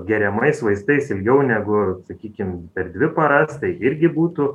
geriamais vaistais ilgiau negu sakykim per dvi paras tai irgi būtų